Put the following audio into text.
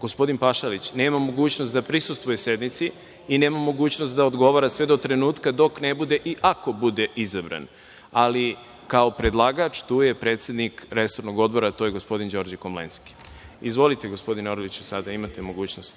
gospodin Pašalić nema mogućnost da prisustvuje sednici i nema mogućnost da odgovara, sve do trenutka dok ne bude i ako bude izabran. Ali, kao predlagač, tu je predsednik resornog odbora, gospodin Đorđe Komlenski. Izvolite, gospodine Orliću, sada imate mogućnost